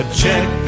check